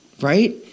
right